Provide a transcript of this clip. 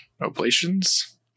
oblations